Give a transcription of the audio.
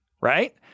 right